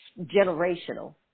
generational